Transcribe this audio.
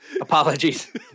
Apologies